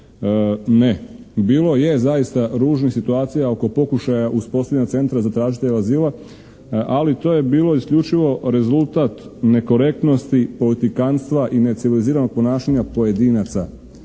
Ne, bilo je zaista ružnih situacija oko pokušaja uspostavljanja Centra za tražitelje azila, ali to je bilo isključivo rezultat nekorektnosti, politikantstva i neciviliziranog ponašanja pojedinaca.